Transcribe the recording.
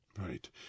Right